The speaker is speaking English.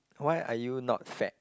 why are you not fat